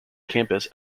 campus